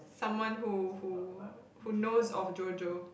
someone who who who knows of JoJo